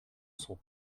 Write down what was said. sont